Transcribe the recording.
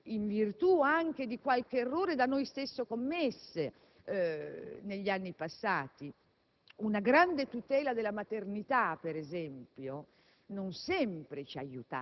in virtù di qualche errore da noi stessi commesso negli anni passati. La grande tutela della maternità, ad esempio,